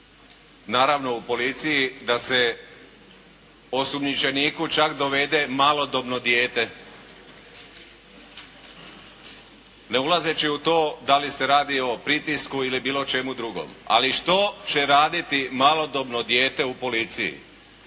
naravno u policiji da se osumnjičeniku čak dovede malodobno dijete, ne ulazeći u to da li se radi o pritisku ili bilo čemu drugom. Ali što će raditi malodobno dijete u policiji?